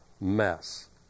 mess